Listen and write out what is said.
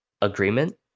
agreement